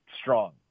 strong